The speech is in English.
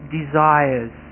desires